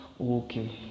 Okay